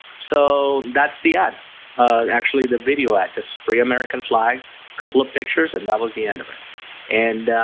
so that's the ad actually the video at just free american flag couple of pictures and that was the end of it and